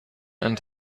and